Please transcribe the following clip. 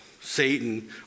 Satan